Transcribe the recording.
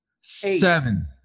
seven